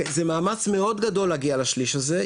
זה מאמץ מאוד גדול להגיע לשליש הזה,